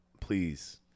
Please